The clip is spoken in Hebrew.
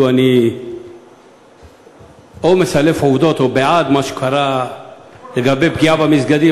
אני או מסלף עובדות או בעד מה שקרה לגבי פגיעה במסגדים,